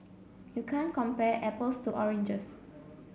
you can't compare apples to oranges